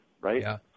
right